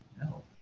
No